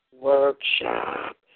Workshop